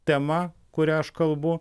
tema kuria aš kalbu